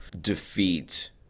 defeat